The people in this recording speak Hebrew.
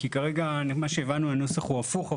כי כרגע לפי מה שהבנו הנוסח הוא הפוך.